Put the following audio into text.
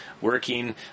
working